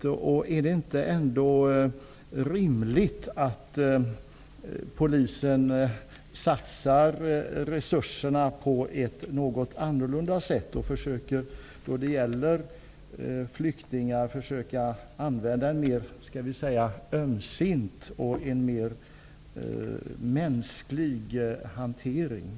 Vore det inte rimligare om polisen satsade sina resurser på ett annat sätt och försökte tillämpa en mera ömsint och mänsklig hantering gentemot flyktingar?